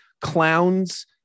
clowns